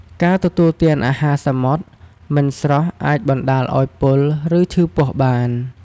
ការទទួលទានអាហារសមុទ្រមិនស្រស់អាចបណ្តាលឱ្យ ពុល ឬឈឺពោះបាន។